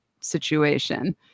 situation